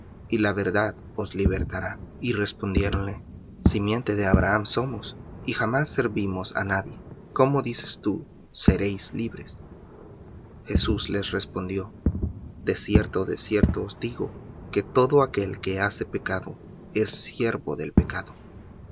y la verdad os libertará y respondiéronle simiente de abraham somos y jamás servimos á nadie cómo dices tú seréis libres jesús les respondió de cierto de cierto os digo que todo aquel que hace pecado es siervo de pecado